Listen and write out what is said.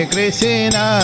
Krishna